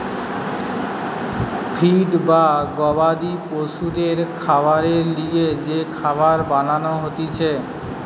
feed বা গবাদি পশুদের খাবারের লিগে যে খাবার বানান হতিছে